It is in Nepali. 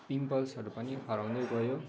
पिम्पल्सहरू पनि हराउँदै गयो